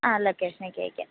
ആ ലൊക്കേഷനൊക്കെ അയക്കാം